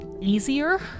easier